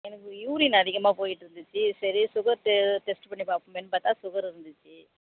எனக்கு யூரின் அதிகமாக போய்கிட்டுருந்துச்சி சரி சுகர் டெஸ்ட் பண்ணி பார்ப்போமேனு பார்த்தா சுகர் இருந்துச்சு